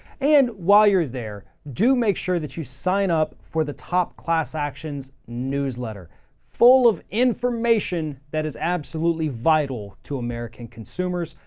and while you're there, do make sure that you sign up for the top class actions newsletter full of information that is absolutely vital to american consumers,